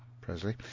Presley